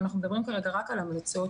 ואנחנו מדברים כרגע על המלצות,